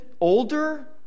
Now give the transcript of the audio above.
older